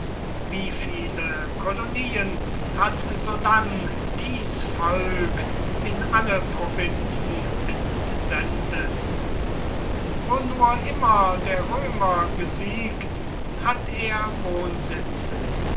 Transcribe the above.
wie viele kolonien hat sodann dies volk in alle provinzen entsendet wo nur immer der römer gesiegt hat er wohnsitze